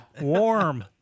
warm